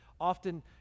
often